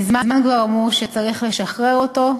מזמן כבר אמרו שצריך לשחרר אותו,